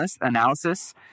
analysis